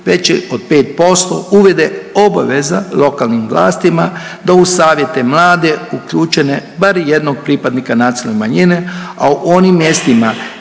veći od 5%, uvede obaveza lokalnim vlastima da u savjete mlade uključene bar jednog pripadnika nacionalne manjine, a u onim mjestima